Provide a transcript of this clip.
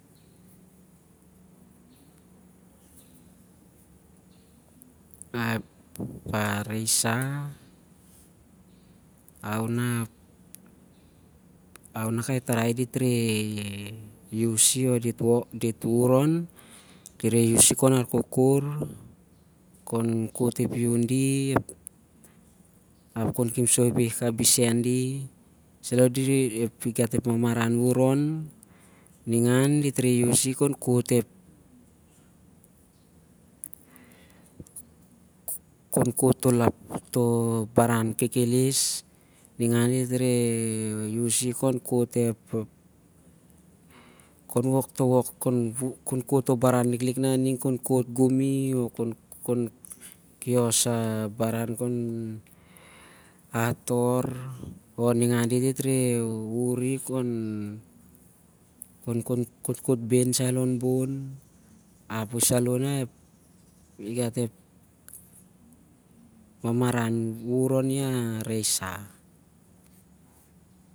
Ah- ep resa, how na kai tarai dit reh usi o- dit wuvur on. Dit reh arkokor on, khon khot ep iun di ap khon khep soi ep ih kabisen di. Api saloh0 igat ep mamaran wur- on. Ningan dit reh khot toh baran liklik na ding ep gumi o- khon kios a baran khon ator o- ningan dit reh wuvuri khon kho't bhen sai lon bon, api saloh igat ep mamaran wur- on. Ningan dit reh khot toh baran liklik na ding, ep gumi o- khot kios a baran khon ator o ningan dit reh wuvuri khon kho'tkho't bhen sai lon bon, api salah na na ep mamaran wur oni- a- resa